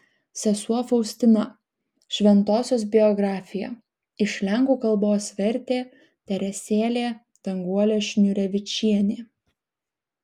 sesuo faustina šventosios biografija iš lenkų kalbos vertė teresėlė danguolė šniūrevičienė